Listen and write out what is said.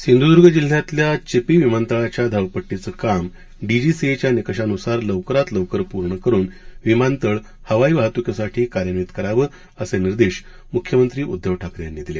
सिंधुदूर्ण जिल्ह्यातल्या चिपी विमानतळाच्या धावपट्टीचं काम डीजीसीएच्या निकषानुसार लवकरात लवकर पूर्ण करून विमानतळ हवाई वाहतुकीसाठी कार्यान्वित करावं असे निर्देश मुख्यमंत्री उद्धव ठाकरे यांनी दिले